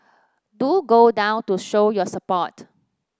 do go down to show your support